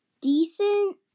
decent